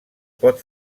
pot